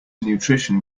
nutrition